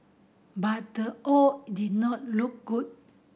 but the odd did not look good